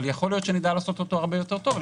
יכול להיות שנדע לעשות אותו הרבה יותר טוב בעתיד.